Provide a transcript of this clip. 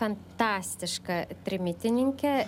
fantastiška trimitininkė